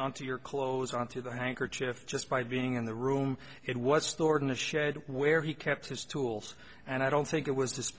on to your clothes on to the handkerchief just by being in the room it was stored in the shed where he kept his tools and i don't think it was